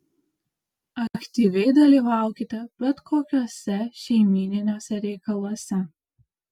aktyviai dalyvaukite bet kokiuose šeimyniniuose reikaluose